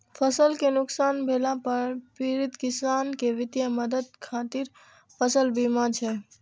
फसल कें नुकसान भेला पर पीड़ित किसान कें वित्तीय मदद खातिर फसल बीमा छै